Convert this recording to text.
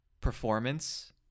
performance